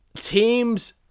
teams